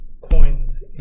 coins